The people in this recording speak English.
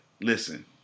Listen